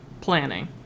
planning